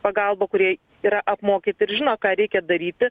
pagalba kurie yra apmokyti ir žino ką reikia daryti